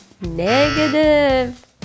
negative